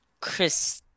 Chris